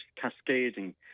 cascading